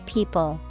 People